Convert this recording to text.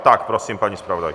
Tak prosím, paní zpravodajko.